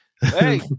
hey